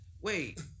Wait